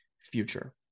future